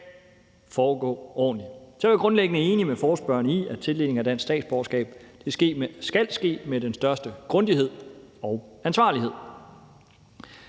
foregå ordentligt. Så jeg er grundlæggende enig med forespørgerne i, at tildeling af dansk statsborgerskab skal ske med den største grundighed og ansvarlighed.